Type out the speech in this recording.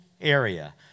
area